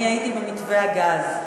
אני הייתי במתווה הגז,